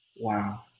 Wow